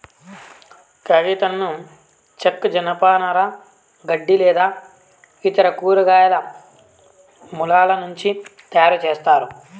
కాగితంను చెక్క, జనపనార, గడ్డి లేదా ఇతర కూరగాయల మూలాల నుంచి తయారుచేస్తారు